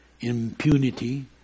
impunity